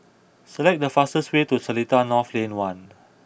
select the fastest way to Seletar North Lane one